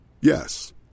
Yes